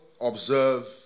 observe